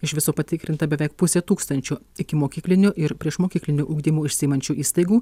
iš viso patikrinta beveik pusė tūkstančio ikimokykliniu ir priešmokykliniu ugdymu užsiimančių įstaigų